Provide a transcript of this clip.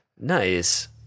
Nice